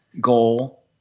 goal